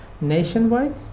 nationwide